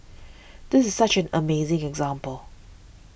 this is such an amazing example